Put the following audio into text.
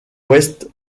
ouest